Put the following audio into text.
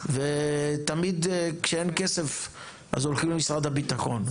ותמיד כשאין כסף אז הולכים משרד הביטחון,